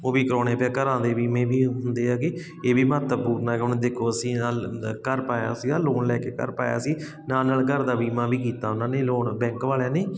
ਉਹ ਵੀ ਕਰਵਾਉਣੇ ਪਿਆ ਘਰਾਂ ਦੇ ਬੀਮੇ ਵੀ ਹੁੰਦੇ ਹੈਗੇ ਇਹ ਵੀ ਮਹੱਤਵਪੂਰਨ ਹੈਗਾ ਹੁਣ ਦੇਖੋ ਅਸੀਂ ਘਰ ਪਾਇਆ ਅਸੀਂ ਇਹ ਲੋਨ ਲੈ ਕੇ ਘਰ ਪਾਇਆ ਸੀ ਨਾਲ ਨਾਲ ਘਰ ਦਾ ਬੀਮਾ ਵੀ ਕੀਤਾ ਉਹਨਾਂ ਨੇ ਲੋਨ ਬੈਂਕ ਵਾਲਿਆਂ ਨੇ